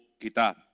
kita